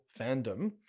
fandom